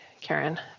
Karen